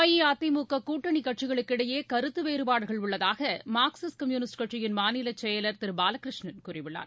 அஇஅதிமுககூட்டணிகட்சிகளுக்கிடையேகருத்துவேறுபாடுகள் உள்ளதாகமார்க்சிஸ்ட் கம்யூனிஸ்ட் கட்சியின் மாநிலசெயலர் திருபாலகிருஷ்ணன் கூறியுள்ளார்